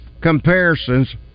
comparisons